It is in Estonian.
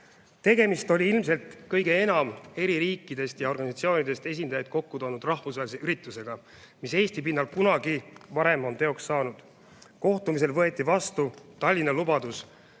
Tegemist oli ilmselt kõige enam eri riikidest ja organisatsioonidest esindajaid kokku toonud rahvusvahelise üritusega, mis Eesti pinnal kunagi varem on teoks saanud. Kohtumisel võeti vastu "Tallinna lubadus",